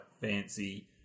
fancy